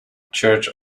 church